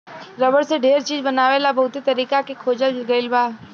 rubber से ढेर चीज बनावे ला बहुते तरीका के खोजल गईल बा